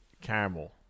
caramel